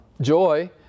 Joy